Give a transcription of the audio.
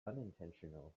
unintentional